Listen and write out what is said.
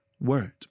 Word